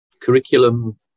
curriculum